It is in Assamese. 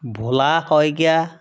ভোলা শইকীয়া